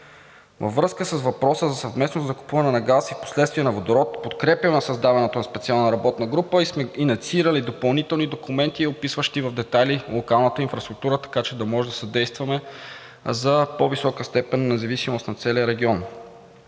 Във връзка с въпроса за съвместно закупуване на газ и впоследствие на водород подкрепяме създаването на специална работна група и сме инициирали допълнителни документи, описващи в детайли локалната инфраструктура, така че да може да съдействаме за по-висока степен независимост на целия регион.